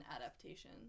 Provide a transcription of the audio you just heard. Adaptation